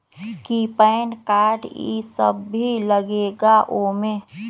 कि PAN card इ सब भी लगेगा वो में?